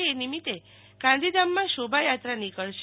ઐ નિમિતે ગાંધીધામમાં શોભાયાત્રા નિકળશે